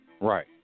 Right